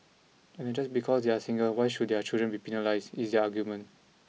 and that just because they are single why should their children be penalised is their argument